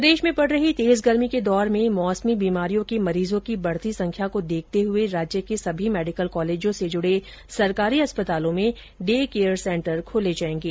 प्रदेश में पड रही तेज गर्मी के दौर में मौसमी बीमारियों के मरीजों की बढती संख्या को देखते हए राज्य के सभी मेडिकल कॉलेजों से जुडे सरकारी अस्पतालों में डे केयर सेंटर खोले जाएंगे